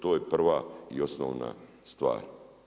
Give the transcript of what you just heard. To je prva i osnovna stvar.